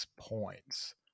points